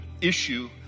issue